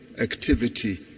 activity